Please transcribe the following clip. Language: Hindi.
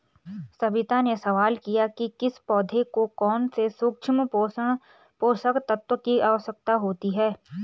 सविता ने सवाल किया कि किस पौधे को कौन से सूक्ष्म पोषक तत्व की आवश्यकता होती है